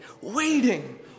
Waiting